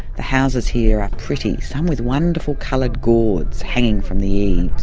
the houses here are pretty, some with wonderful coloured gourds hanging from the